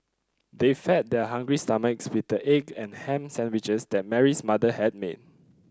they fed their hungry stomachs with the egg and ham sandwiches that Mary's mother had made